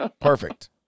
perfect